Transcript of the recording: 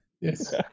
Yes